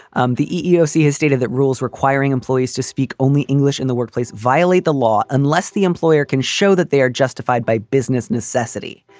um the eeoc has data that rules requiring employees to speak only english in the workplace. violate the law unless the employer can show that they are justified by business necessity.